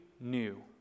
new